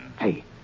Hey